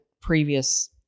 previous